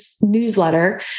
newsletter